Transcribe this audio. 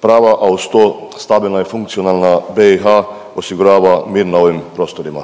prava, a uz to stabilna i funkcionalna BiH osigurava mir na ovim prostorima.